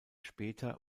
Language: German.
später